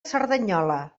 cerdanyola